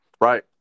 Right